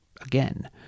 again